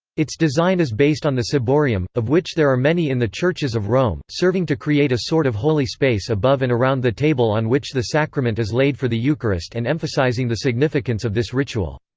its design is based on the ciborium, of which there are many in the churches of rome, serving to create a sort of holy space above and around the table on which the sacrament is laid for the eucharist and emphasizing the significance of this ritual.